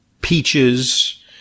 peaches